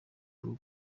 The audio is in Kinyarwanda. bwo